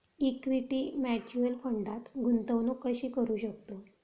Equity mutual फंडात गुंतवणूक कशी करू शकतो?